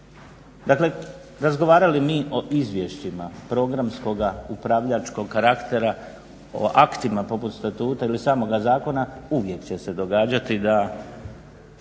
Dakle, razgovarali mi o izvješćima programskog upravljačkog karaktera, o aktima poput statuta ili samoga zakona uvijek će se događati da